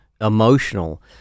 emotional